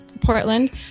Portland